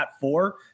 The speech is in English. four